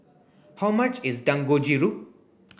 how much is Dangojiru